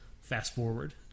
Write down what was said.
fast-forward